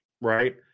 right